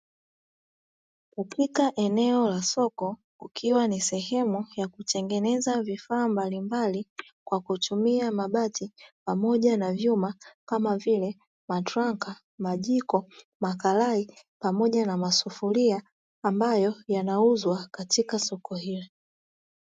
Katika eneo la soko kukiwa ni sehemu ya kutengeneza vifaa mbalimbali, kwa kutumia mabati pamoja na vyuma kama vile: matranka, majiko, makarai pamoja na masufuria; ambayo yanauzwa katika soko hili.